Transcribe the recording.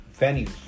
venues